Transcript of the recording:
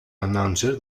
announcer